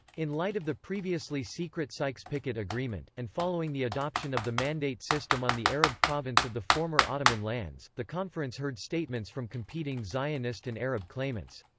in light of the previously secret sykes-picot agreement, and following the adoption of the mandate system on the arab province of the former ottoman lands, the conference heard statements from competing zionist and arab claimants.